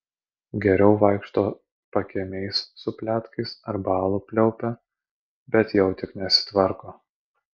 geriau vaikšto pakiemiais su pletkais arba alų pliaupia bet jau tik nesitvarko